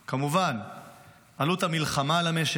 כמובן עלות המלחמה למשק,